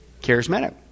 Charismatic